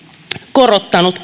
korottanut